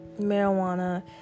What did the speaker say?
marijuana